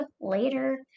later